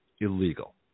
illegal